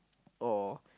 or